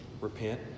repent